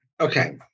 Okay